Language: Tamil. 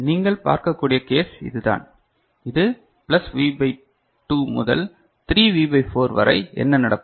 நீங்கள் பார்க்கக்கூடிய கேஸ் இதுதான் இது பிளஸ் V பை 2 முதல் 3 வி பை 4 வரை என்ன நடக்கும்